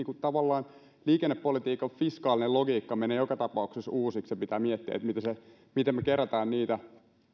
liikennepolitiikan fiskaalinen logiikka menee joka tapauksessa uusiksi ennen pitkää pitää miettiä miten me keräämme niitä